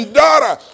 daughter